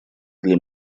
для